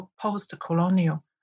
post-colonial